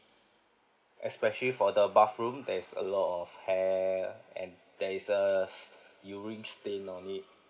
especially for the bathroom there's a lot of hair and there is a s~ urine stain on it